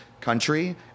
country